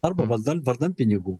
arba vardan vardan pinigų